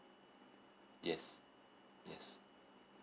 yes yes